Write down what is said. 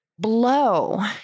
blow